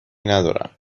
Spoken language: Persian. ندارم